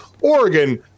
Oregon